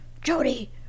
Jody